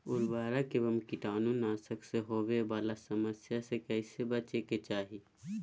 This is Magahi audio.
उर्वरक एवं कीटाणु नाशक से होवे वाला समस्या से कैसै बची के चाहि?